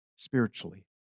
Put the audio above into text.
spiritually